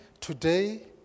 today